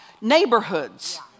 neighborhoods